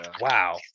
wow